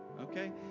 Okay